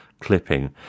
clipping